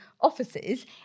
offices